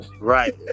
Right